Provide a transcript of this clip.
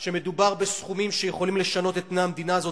כשמדובר בסכומים שיכולים לשנות את פני המדינה הזאת,